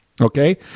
okay